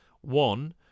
one